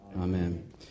Amen